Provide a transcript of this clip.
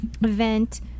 event